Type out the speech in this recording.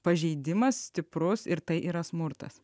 pažeidimas stiprus ir tai yra smurtas